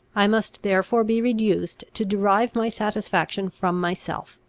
i must therefore be reduced to derive my satisfaction from myself.